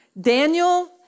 Daniel